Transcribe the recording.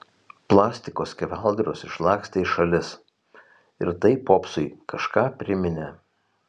plastiko skeveldros išlakstė į šalis ir tai popsui kažką priminė